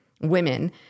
women